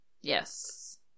Yes